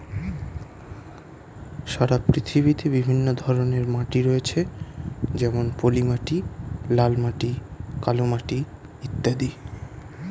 সারা পৃথিবীতে বিভিন্ন ধরনের মাটি রয়েছে যেমন পলিমাটি, লাল মাটি, কালো মাটি ইত্যাদি